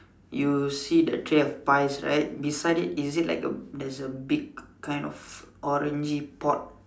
you see the tray of piles right beside it is it like a big kind of orangey pot